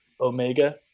omega